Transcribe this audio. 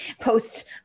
Post